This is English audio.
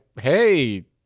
hey